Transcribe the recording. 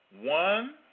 One